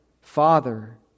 Father